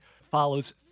follows